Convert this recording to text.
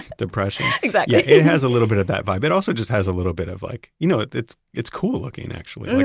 depression exactly it has a little bit of that vibe. it also just has a little bit of like, you know it's it's cool looking, actually.